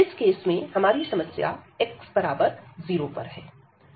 इस केस में हमारी समस्या x0 पर है